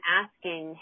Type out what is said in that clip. asking